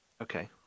Okay